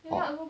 orh